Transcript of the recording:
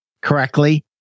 correctly